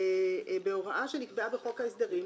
ובהוראה שנקבעה בחוק ההסדרים,